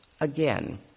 again